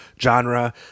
genre